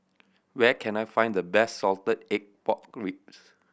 where can I find the best salted egg pork ribs